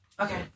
Okay